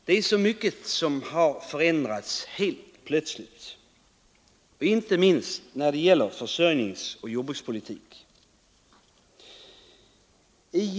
Det är så mycket som helt plötsligt har förändrats, inte minst på försörjningens och jordbrukspolitikens område.